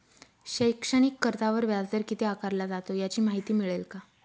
शैक्षणिक कर्जावर व्याजदर किती आकारला जातो? याची माहिती मिळेल का?